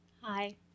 Hi